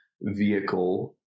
vehicle